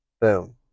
boom